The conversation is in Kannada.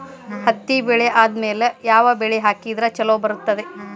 ಹತ್ತಿ ಬೆಳೆ ಆದ್ಮೇಲ ಯಾವ ಬೆಳಿ ಹಾಕಿದ್ರ ಛಲೋ ಬರುತ್ತದೆ?